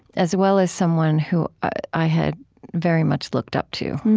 as well as someone who i had very much looked up to,